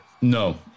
No